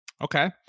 Okay